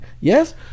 Yes